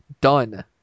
done